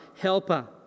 helper